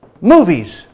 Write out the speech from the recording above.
movies